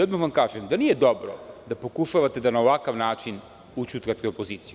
Odmah vam kažem da nije dobro da pokušavate da na ovakav način ućutkate opoziciju.